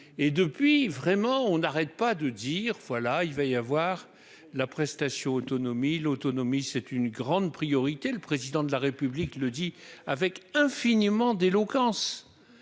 et depuis, vraiment, on n'arrête pas de dire : voilà, il va y avoir la prestation autonomie, l'autonomie, c'est une grande priorité, le président de la République, il le dit avec infiniment d'éloquence,